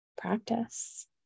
practice